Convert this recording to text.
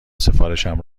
سفارشم